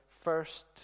first